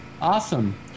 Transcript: awesome